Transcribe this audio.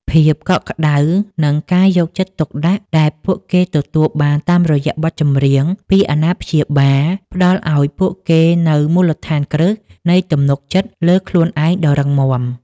ភាពកក់ក្តៅ និងការយកចិត្តទុកដាក់ដែលពួកគេទទួលបានតាមរយៈបទចម្រៀងពីអាណាព្យាបាល ផ្តល់ឱ្យពួកគេនូវមូលដ្ឋានគ្រឹះនៃទំនុកចិត្តលើខ្លួនឯងដ៏រឹងមាំ